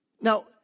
Now